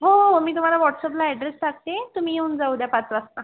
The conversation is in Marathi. हो हो मी तुम्हाला व्हॉटस्अपला ॲड्रेस टाकते तुम्ही येऊन जा उद्या पाच वाजता